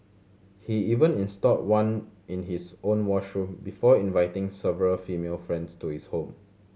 he even installed one in his own washroom before inviting several female friends to his home